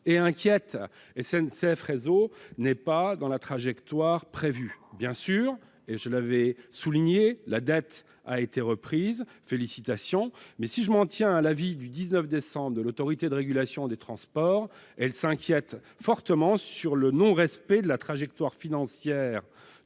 l'entreprise. SNCF Réseau n'est pas dans la trajectoire prévue. Bien sûr, et je l'avais souligné, la dette a été reprise. Félicitations ! Mais, si je m'en tiens à l'avis qu'elle a rendu le 19 décembre, l'Autorité de régulation des transports s'inquiète fortement du non-respect de la trajectoire financière